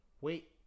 Wait